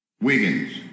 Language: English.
Wiggins